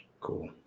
Cool